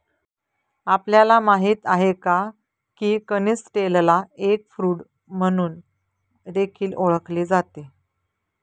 आपल्याला माहित आहे का? की कनिस्टेलला एग फ्रूट म्हणून देखील ओळखले जाते